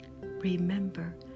Remember